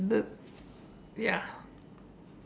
mm the ya